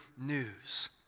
news